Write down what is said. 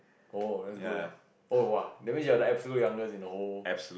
oh that's good leh oh !wah! that means you're the absolute youngest in the whole